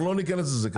אנחנו לא נכנס לזה כרגע.